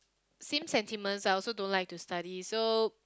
same sentiments I also don't like to study so